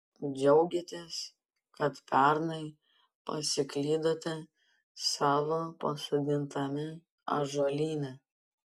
džiaugiatės kad pernai pasiklydote savo pasodintame ąžuolyne